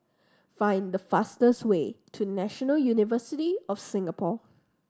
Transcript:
find the fastest way to National University of Singapore